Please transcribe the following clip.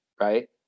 right